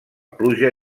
pluja